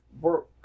Work